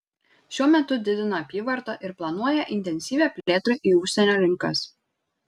šiuo metu didina apyvartą ir planuoja intensyvią plėtrą į užsienio rinkas